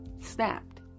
snapped